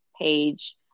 page